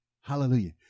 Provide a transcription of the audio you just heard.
Hallelujah